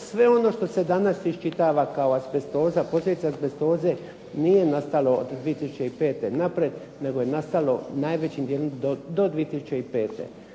sve ono što se danas iščitava azbestoza, posljedica azbestoze nije nastalo od 2005. naprijed, nego je nastalo najvećim dijelom do 2005.